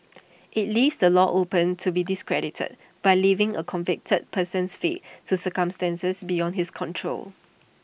IT leaves the law open to be discredited by leaving A convicted person's fate to circumstances beyond his control